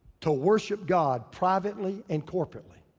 to worship god privately and corporately?